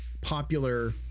popular